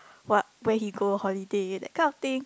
what where he go holiday that kind of thing